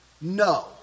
No